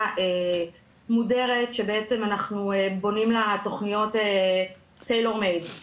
מודרת שאנחנו בונים לה תכניות בתפירה אישית.